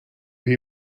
that